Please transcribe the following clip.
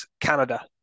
Canada